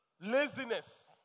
Laziness